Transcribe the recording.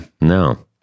no